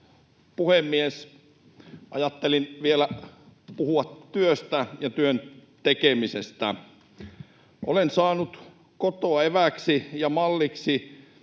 puhemies! Ajattelin vielä puhua työstä ja työn tekemisestä. Olen saanut kotoa evääksi ja malliksi